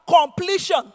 Completion